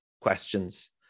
questions